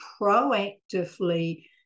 proactively